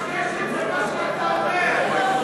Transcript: הקשקשת זה מה שאתה אומר.